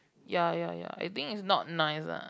ya ya ya I think is not nice ah